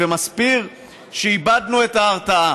ומסביר שאיבדנו את ההרתעה,